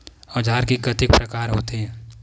औजार के कतेक प्रकार होथे?